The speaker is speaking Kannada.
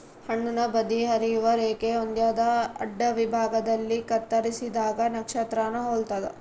ಹಣ್ಣುನ ಬದಿ ಹರಿಯುವ ರೇಖೆ ಹೊಂದ್ಯಾದ ಅಡ್ಡವಿಭಾಗದಲ್ಲಿ ಕತ್ತರಿಸಿದಾಗ ನಕ್ಷತ್ರಾನ ಹೊಲ್ತದ